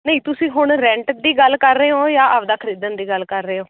ਨਹੀਂ ਤੁਸੀਂ ਹੁਣ ਰੈਂਟ ਦੀ ਗੱਲ ਕਰ ਰਹੇ ਹੋ ਜਾਂ ਆਪਣਾ ਖਰੀਦਣ ਦੀ ਗੱਲ ਕਰ ਰਹੇ ਹੋ